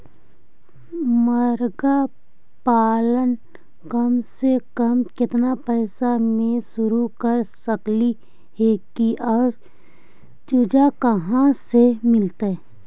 मरगा पालन कम से कम केतना पैसा में शुरू कर सकली हे और चुजा कहा से मिलतै?